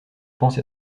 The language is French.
pense